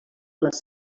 les